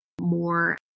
more